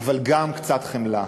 אבל גם קצת חמלה.